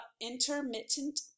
intermittent